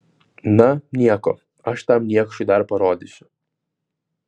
na nieko aš tam niekšui dar parodysiu